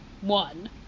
one